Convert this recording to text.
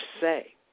say